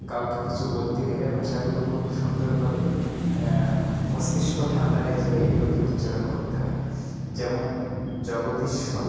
কাউকে কিছু বলতে গেলে ভাষাগুলো খুব সুন্দরভাবে মস্তিষ্ক ঠান্ডা রেখে এগুলোকে উচ্চারণ করতে হয় যেমন জগদীশ্বর